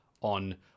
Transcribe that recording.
on